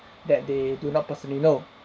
that they do not personally know